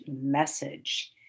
message